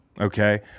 okay